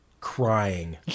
crying